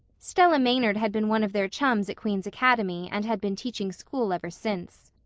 stella maynard had been one of their chums at queen's academy and had been teaching school ever since.